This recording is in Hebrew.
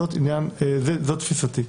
זאת תפיסתי.